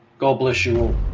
god bless you